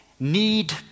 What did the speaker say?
Need